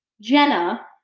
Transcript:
jenna